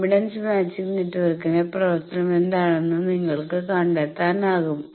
impedance matching നെറ്റ്വർക്കിന്റെ പ്രവർത്തനം എന്താണെന്ന് നിങ്ങൾക്ക് കണ്ടെത്താനാകും